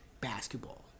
basketball